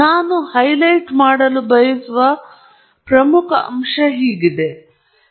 ನಾನು ಹೈಲೈಟ್ ಮಾಡಲು ಬಯಸುವ ಪ್ರಮುಖ ಅಂಶ ಹೀಗಿದೆ